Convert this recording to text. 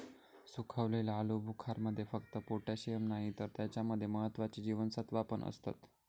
सुखवलेल्या आलुबुखारमध्ये फक्त पोटॅशिअम नाही तर त्याच्या मध्ये महत्त्वाची जीवनसत्त्वा पण असतत